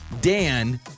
Dan